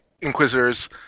Inquisitors